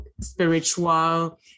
spiritual